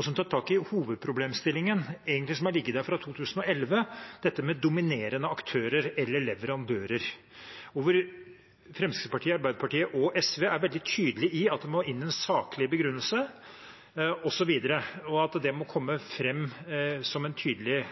som tar tak i hovedproblemstillingen som egentlig har ligget der fra 2011, dette med dominerende aktører eller leverandører. Der er Fremskrittspartiet, Arbeiderpartiet og SV veldig tydelige på at det må inn en saklig begrunnelse, osv., og at det må komme fram som en tydelig